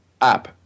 app